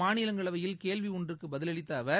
மாநிலங்களவையில் கேள்வி ஒன்றுக்கு பதிலளித்த அவர்